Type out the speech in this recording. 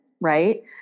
right